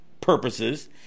purposes